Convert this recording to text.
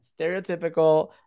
stereotypical